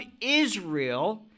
Israel